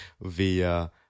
via